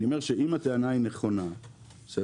אני אומר שאם הטענה היא נכונה בסדר,